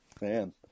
Man